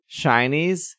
Shinies